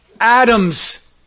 Adam's